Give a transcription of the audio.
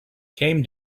came